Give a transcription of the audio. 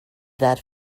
that